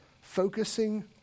Focusing